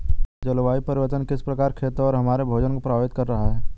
जलवायु परिवर्तन किस प्रकार खेतों और हमारे भोजन को प्रभावित कर रहा है?